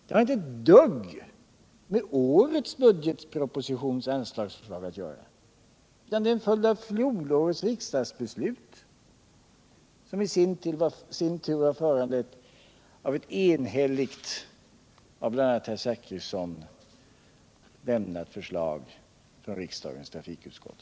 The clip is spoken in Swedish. Det har inte ett dugg med årets budgetpropositions anslagsförslag att göra, utan det är en följd av fjolårets riksdagsbeslut, som i sin tur var föranlett av ett enhälligt, av bl.a. Bertil Zachrisson lämnat förslag från riksdagens trafikutskott.